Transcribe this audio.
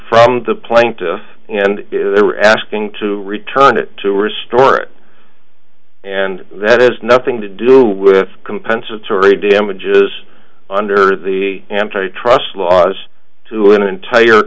from the plane and they're asking to return it to restore it and that has nothing to do with compensatory damages under the anti trust laws to an entire